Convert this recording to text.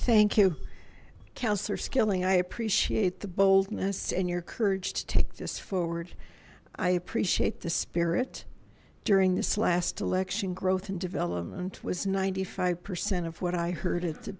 skilling i appreciate the boldness and your courage to take this forward i appreciate the spirit during this last election growth and development was ninety five percent of what i heard at the